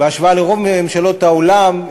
בהשוואה לרוב ממשלות העולם,